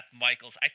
Michaels